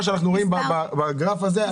ממה שאנחנו רואים בגרף הזה.